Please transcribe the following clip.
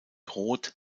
rot